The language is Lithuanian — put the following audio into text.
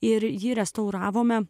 ir jį restauravome